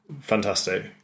fantastic